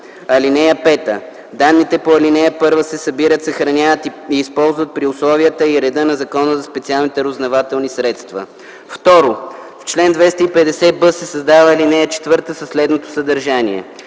данните. (5) Данните по ал. 1 се събират, съхраняват и използват при условията и реда на Закона за специалните разузнавателни средства”. 2. В чл. 250б се създава ал. 4 със следното съдържание: